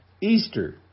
Easter